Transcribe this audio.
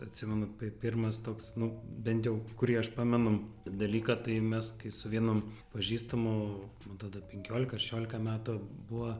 atsimenu tai pirmas toks nu bent jau kurį aš pamenu dalyką tai mes su vienu pažįstamu man tada penkiolika ar šešiolika metų buvo